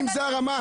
אם זו הרמה,